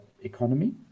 economy